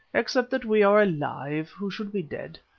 except that we are alive, who should be dead.